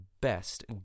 best